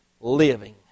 living